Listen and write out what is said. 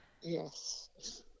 Yes